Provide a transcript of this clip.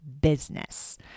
business